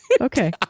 Okay